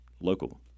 local